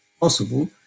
possible